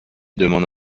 demande